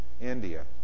India